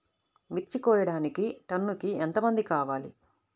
మిర్చి కోయడానికి టన్నుకి ఎంత మంది కావాలి?